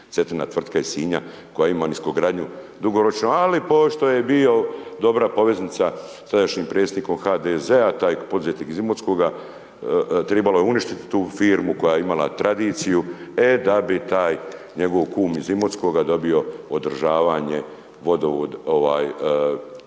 Cetina tvrtka iz Sinja, koja ima niskogradnju, dugoročno, ali pošto je bio dobra poveznica sa tadašnjim predsjednikom HDZ-a, taj poduzetnik iz Imotskoga, trebalo je uništiti tu firmu koja je imala tradiciju, da bi taj njegov kum iz Imotskoga dobio održavanje, čišćenje